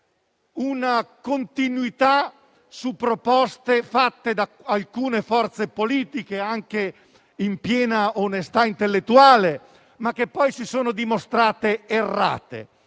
una continuità su proposte, fatte da alcune forze politiche, anche in piena onestà intellettuale, che poi si sono dimostrate errate.